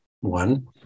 one